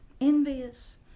envious